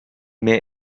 mehr